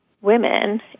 women